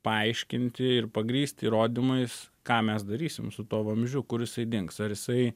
paaiškinti ir pagrįsti įrodymais ką mes darysim su tuo vamzdžiu kur jisai dings ar jisai